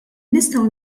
nistgħu